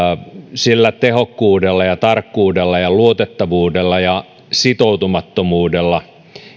sillä tehokkuudella ja tarkkuudella ja luotettavuudella ja sitoutumattomuudella